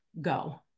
go